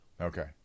Okay